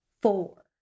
four